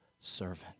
servant